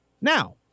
Now